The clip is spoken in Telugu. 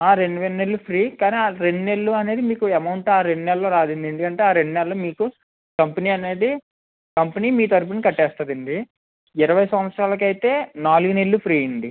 రెండు నెలలు ఫ్రీ కానీ ఆ రెండు నెలలు అనేది మీకు అమౌంట్ ఆ రెండు నెలల్లో రాదు అండి ఎందుకంటే ఆ రెండు నెలలు మీకు కంపెనీ అనేది కంపెనీ మీ తరపున కట్టేస్తుంది అండి ఇరవై సంవత్సరాలకి అయితే నాలుగు నెలలు ఫ్రీ అండి